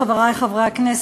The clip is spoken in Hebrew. חברי חברי הכנסת,